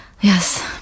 Yes